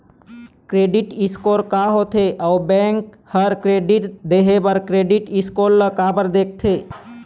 Credit score का होथे अउ बैंक हर ऋण देहे बार क्रेडिट स्कोर ला काबर देखते?